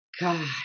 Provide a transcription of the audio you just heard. God